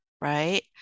right